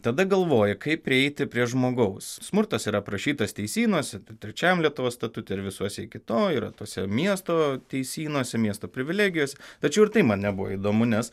tada galvoji kaip prieiti prie žmogaus smurtas yra aprašytas teisynuose trečiajam lietuvos statute ir visuose kitoj yra tose miesto teisynuose miesto privilegijose tačiau ir tai man nebuvo įdomu nes